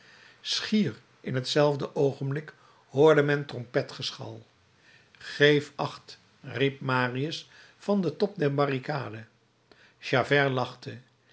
schier in hetzelfde oogenblik hoorde men trompetgeschal geeft acht riep marius van den top der barricade javert